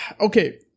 okay